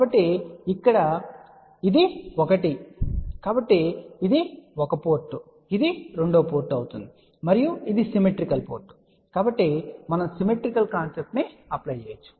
కాబట్టి ఇక్కడ ఇది 1 అని మనము చెప్తాము కాబట్టి ఇది 1 పోర్ట్ 2 పోర్ట్ అవుతుంది మరియు ఇది సిమెట్రికల్ పోర్ట్ కాబట్టి మనం సిమెట్రి కాన్సెప్ట్ ను అప్లై చేయవచ్చు